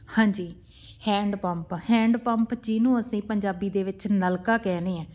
ਹਾਂਜੀ hand pump hand pump ਜਿਹਨੂੰ ਅਸੀਂ ਪੰਜਾਬੀ ਦੇ ਵਿੱਚ ਨਲਕਾ ਕਹਿੰਦੇ ਹੈ